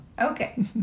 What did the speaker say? Okay